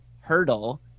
hurdle